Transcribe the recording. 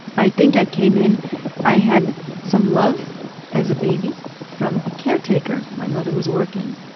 i think i came in i had some love as a baby from a caretaker, my mother was working.